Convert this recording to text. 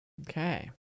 Okay